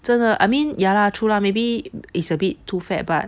真的 I mean ya lah true lah maybe is a bit too fat but